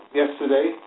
yesterday